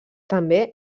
també